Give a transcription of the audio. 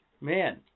man